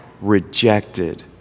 rejected